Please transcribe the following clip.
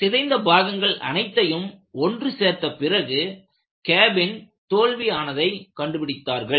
சிதைந்த பாகங்கள் அனைத்தையும் ஒன்று சேர்த்த பிறகு கேபின் தோல்வி ஆனதை கண்டு பிடித்தார்கள்